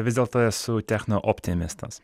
vis dėlto esu techno optimistas